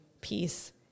peace